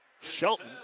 Shelton